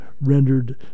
rendered